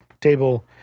table